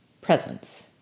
presents